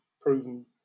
proven